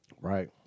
Right